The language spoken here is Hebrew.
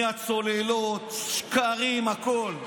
מהצוללות, שקרים, הכול.